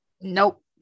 Nope